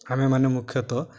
ଆମେମାନେ ମୁଖ୍ୟତଃ